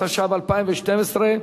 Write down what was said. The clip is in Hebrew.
התשע"ב 2012,